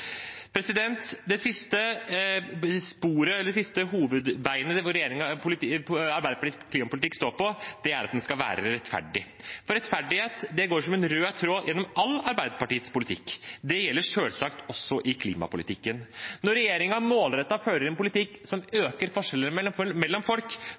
Det siste hovedbeinet Arbeiderpartiets klimapolitikk står på, er at den skal være rettferdig, for rettferdighet går som en rød tråd gjennom alt av Arbeiderpartiets politikk. Det gjelder selvsagt også i klimapolitikken. Når regjeringen målrettet fører en politikk som øker forskjellene mellom folk,